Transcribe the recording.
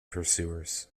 pursuers